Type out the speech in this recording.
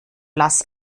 blass